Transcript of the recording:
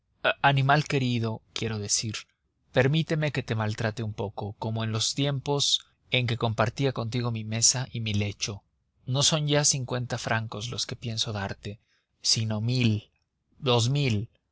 animal querido quiero decir permíteme que te maltrate un poco como en los tiempos en que compartía contigo mi mesa y mi lecho no son ya cincuenta francos los que pienso darte sino mil dos mil